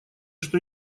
что